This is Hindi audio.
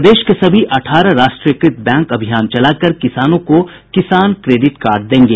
प्रदेश के सभी अठारह राष्ट्रीयकृत बैंक अभियान चलाकर किसानों को किसान क्रेडिट कार्ड देंगे